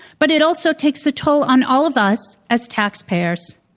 but it also takes a toll on all of us as taxpayers.